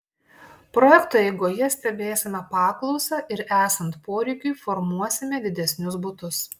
projekto eigoje stebėsime paklausą ir esant poreikiui formuosime didesnius butus